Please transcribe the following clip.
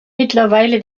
mittlerweile